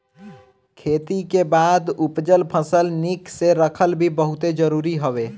खेती के बाद उपजल फसल के निक से रखल भी बहुते जरुरी हवे